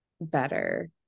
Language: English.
better